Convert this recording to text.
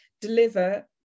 deliver